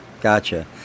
gotcha